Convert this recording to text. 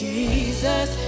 Jesus